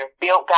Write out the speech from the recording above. Built